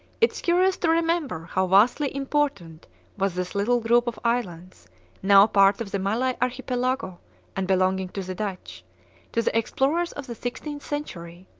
it is curious to remember how vastly important was this little group of islands now part of the malay archipelago and belonging to the dutch to the explorers of the sixteenth century.